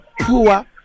poor